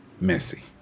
messy